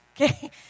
okay